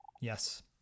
Yes